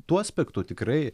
tuo aspektu tikrai